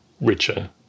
richer